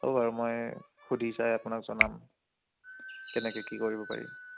হ'ব বাৰু মই সুধি চাই আপোনাক জনাম কেনেকৈ কি কৰিব পাৰি